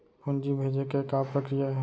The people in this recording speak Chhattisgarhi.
पूंजी भेजे के का प्रक्रिया हे?